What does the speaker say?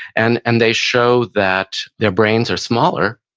and and they show that their brains are smaller,